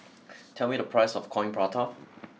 tell me the price of Coin Prata